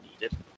needed